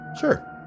Sure